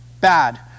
bad